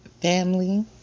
family